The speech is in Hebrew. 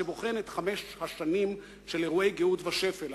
שבוחן את חמש השנים של אירועי גאות ושפל,